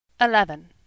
eleven